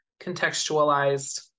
contextualized